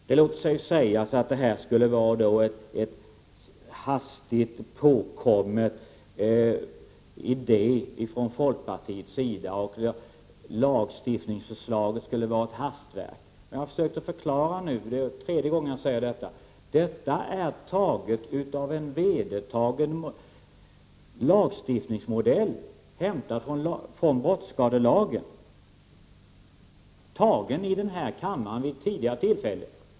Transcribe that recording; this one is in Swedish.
Det låter sig sägas att det här skulle vara en hastigt påkommen idé från folkpartiets sida och att lagförslaget skulle vara ett hastverk. Jag har försökt att förklara detta, och det är nu tredje gången jag säger att detta är hämtat från en vedertagen lagstiftningsmodell i brottsskadelagen, som vi har fattat beslut om i denna kammare vid tidigare tillfälle.